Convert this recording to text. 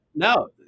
No